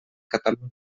catalunya